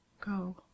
go